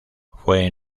fue